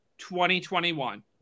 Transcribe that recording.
2021